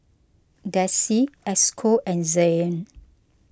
Desi Esco and Zain